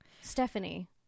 Stephanie